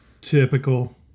Typical